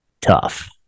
tough